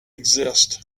exist